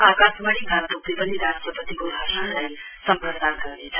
आकाशवाणी गान्तोकले पनि राष्ट्रपतिको भाषणलाई सम्प्रसार गर्नेछ